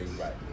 right